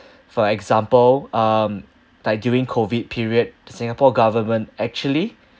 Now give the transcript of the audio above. for example um like during COVID period singapore government actually